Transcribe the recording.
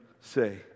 say